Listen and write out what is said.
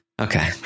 Okay